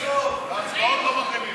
הצבעות לא מחרימים.